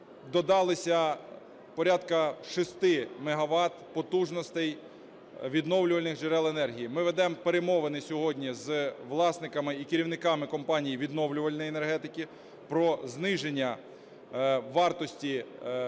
додалися порядка 6 мегават потужностей відновлювальних джерел енергії. Ми ведемо перемовини сьогодні з власниками і керівниками компаній відновлювальної енергетики про зниження вартості цієї